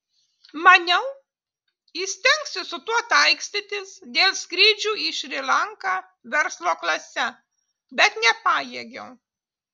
maniau įstengsiu su tuo taikstytis dėl skrydžių į šri lanką verslo klase bet nepajėgiau